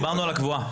דיברנו על הקבועה.